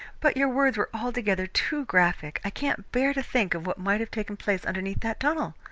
but your words were altogether too graphic. i can't bear to think of what might have taken place underneath that tunnel!